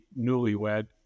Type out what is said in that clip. newlywed